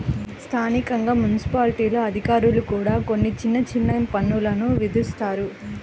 స్థానికంగా మున్సిపాలిటీల్లోని అధికారులు కూడా కొన్ని చిన్న చిన్న పన్నులు విధిస్తారు